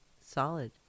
Solid